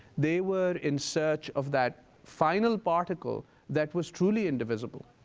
they were in search of that final particle that was truly indivisible.